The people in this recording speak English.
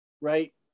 right